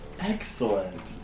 Excellent